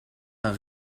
d’un